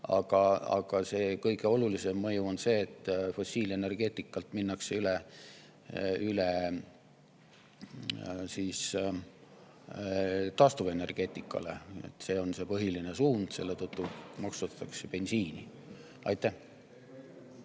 Aga kõige olulisem mõju on see, et fossiil[energialt] minnakse üle taastuv[energiale]. See on see põhiline suund ja selle tõttu maksustatakse bensiini. Mart